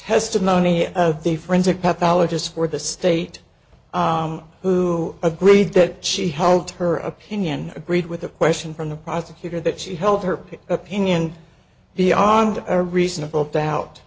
testimony of the forensic pathologist for the state who agreed that she held her opinion agreed with a question from the prosecutor that she helped her pick opinion beyond a reasonable doubt